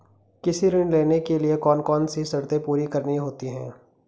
कृषि ऋण लेने के लिए कौन कौन सी शर्तें पूरी करनी होती हैं?